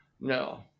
no